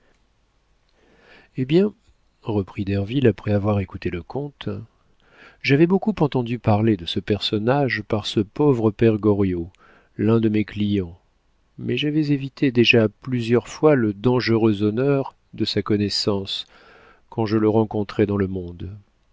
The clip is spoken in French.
eh bien reprit derville après avoir écouté le comte j'avais beaucoup entendu parler de ce personnage par ce pauvre père goriot l'un de mes clients mais j'avais évité déjà plusieurs fois le dangereux honneur de sa connaissance quand je le rencontrais dans le monde